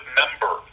member